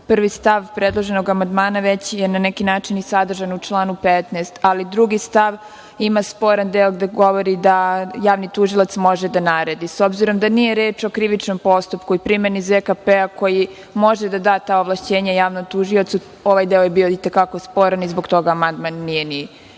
Prvi stav predloženog amandmana već je, na neki način, sadržan u članu 15, ali drugi stav ima sporan deo gde govori da javni tužilac može da naredi.S obzirom da nije reč o krivičnom postupku i primeni ZKP, koji može da da ta ovlašćenja javnom tužiocu, ovaj deo je bio i te kako sporan i zbog toga amandman nije ni